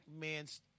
man's